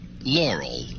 Laurel